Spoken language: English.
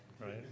Right